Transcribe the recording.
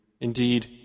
Indeed